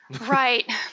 Right